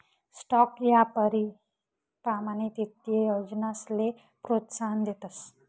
stock यापारी प्रमाणित ईत्तीय योजनासले प्रोत्साहन देतस